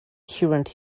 current